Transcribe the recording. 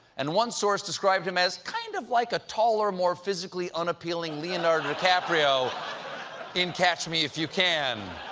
and one source described him as kind of like a taller, more physically unappealing leonardo dicaprio in catch me if you can.